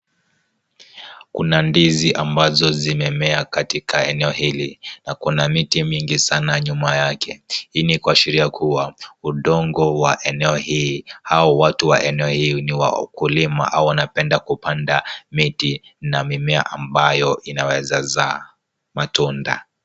Kuna ndizi ambazo zimemea katika eneo hili na kuna miti mingi sana nyuma yake. Hii ni kuashiria kuwa udongo wa eneo hii au watu wa eneo hii ni wakulima au wanapenda kupanda miti na mimea ambayo inaweza zaa matunda.